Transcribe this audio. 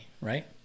right